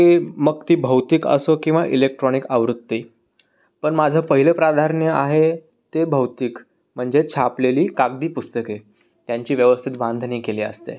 पुस्तके मग ती भौतिक असो किंवा इलेक्ट्रॉनिक आवृत्ती पण माझं पहिलं प्राधान्य आहे ते भौतिक म्हणजे छापलेली कागदी पुस्तके त्यांची व्यवस्थित बांधणी केली असते